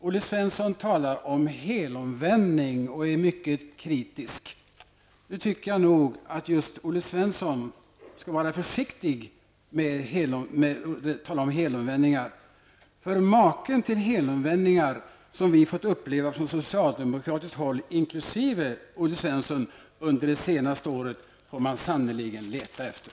Olle Svensson talar om helomvändning och är mycket kritisk. Jag tycker att just Olle Svensson skall vara försiktig med att tala om helomvändningar. Maken till helomvändningar som vi har fått uppleva från socialdemokratiskt håll inkl. Olle Svensson under det senaste året får man nämligen sannerligen leta efter.